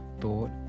thought